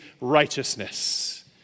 righteousness